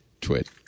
Twit